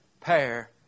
pair